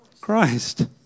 Christ